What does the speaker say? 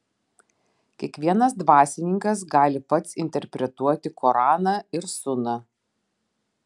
kiekvienas dvasininkas gali pats interpretuoti koraną ir suną